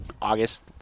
August